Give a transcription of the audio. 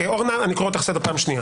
אורנה, אני קורא אותך לסדר פעם שלישית.